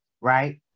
right